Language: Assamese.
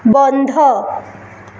বন্ধ